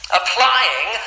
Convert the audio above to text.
applying